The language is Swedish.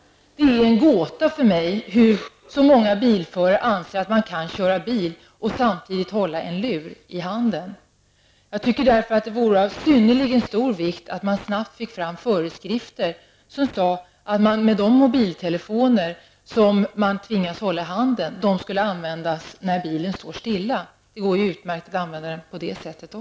Det är för mig en gåta att så många bilförare anser att man kan köra bil samtidigt som man håller en lur i handen. Det vore därför av synnerligen stor vikt att man snabbt fick fram föreskrifter som sade att de mobiltelefoner som man är tvingad att hålla i handen skall användas endast när bilen står stilla. Det går ju utmärkt att använda dem också på det sättet.